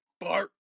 Bart